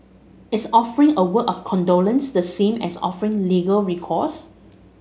is offering a word of condolence the same as offering legal recourse